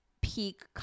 peak